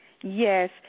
Yes